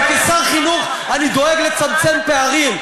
וכשר החינוך אני דואג לצמצם פערים.